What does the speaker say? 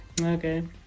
Okay